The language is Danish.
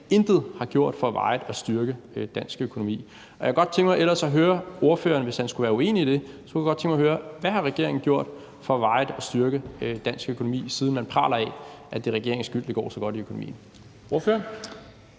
intet har gjort for varigt at styrke dansk økonomi. Hvis ordføreren skulle være uenig i det, kunne jeg godt tænke mig at høre: Hvad har regeringen gjort for varigt at styrke dansk økonomi, siden man praler af, at det er regeringens skyld, at det går så godt med økonomien? Kl.